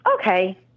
Okay